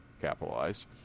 capitalized